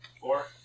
Four